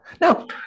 now